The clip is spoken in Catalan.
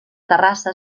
terrassa